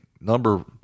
number